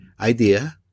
idea